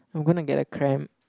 I'm going to get a cramp